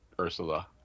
Ursula